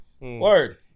Word